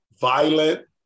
violent